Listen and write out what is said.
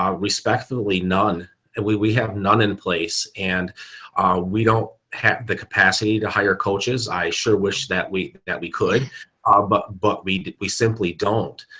um respectfully, none. and we we have none in place and we don't have the capacity to hire coaches, i sure wish that we that we could ah but but we we simply don't.